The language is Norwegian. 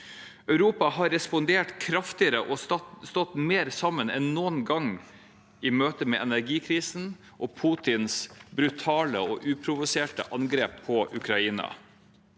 Europa har respondert kraftigere og stått mer sammen enn noen gang i møte med energikrisen og Putins brutale og uprovoserte angrep på Ukraina.